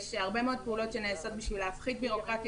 יש הרבה מאוד פעולות שנעשות בשביל להפחית בירוקרטיה